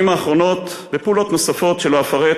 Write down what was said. בפעולות נוספות שלא אפרט,